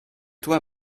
toi